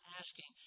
asking